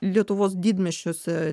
lietuvos didmiesčiuose